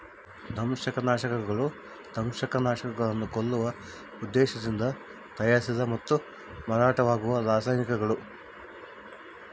ದಂಶಕನಾಶಕಗಳು ದಂಶಕಗಳನ್ನು ಕೊಲ್ಲುವ ಉದ್ದೇಶದಿಂದ ತಯಾರಿಸಿದ ಮತ್ತು ಮಾರಾಟವಾಗುವ ರಾಸಾಯನಿಕಗಳು